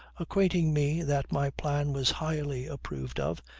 acquainting me that my plan was highly approved of,